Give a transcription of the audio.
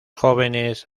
jóvenes